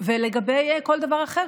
לגבי כל דבר אחר,